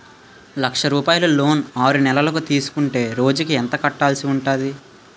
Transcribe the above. లక్ష రూపాయలు లోన్ ఆరునెలల కు తీసుకుంటే రోజుకి ఎంత కట్టాల్సి ఉంటాది?